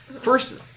First